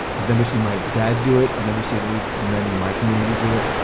i've never seen my dad do it. i've never seen any of the men in my community do it.